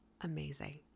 amazing